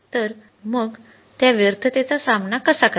तर मग त्या व्यर्थतेचा सामना कसा करावा